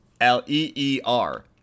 L-E-E-R